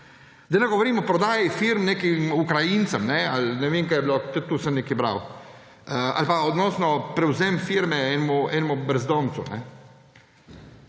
Da ne govorim o prodaji firm nekim Ukrajincem ali ne vem, kaj je bilo, tudi o tem sem nekaj bral. Ali pa prevzem firme enemu brezdomcu.